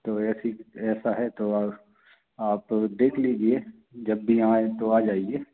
तो ऐसी ऐसा है तो आप आप देख लीजिए जब भी आएँ तो आईए